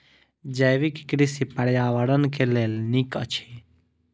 जैविक कृषि पर्यावरण के लेल नीक अछि